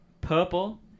purple